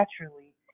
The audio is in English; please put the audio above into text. naturally